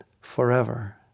forever